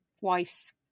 wife's